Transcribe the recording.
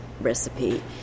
recipe